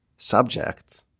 Subject